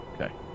Okay